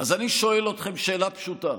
אז אני שואל אתכם שאלה פשוטה: